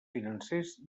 financers